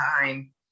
time